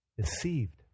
deceived